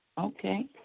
Okay